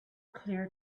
clear